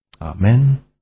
Amen